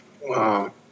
Wow